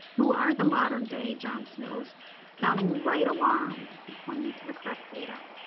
who are the modern day jon snow's sounding the right alarms and pointing to the correct data.